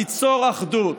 ליצור אחדות.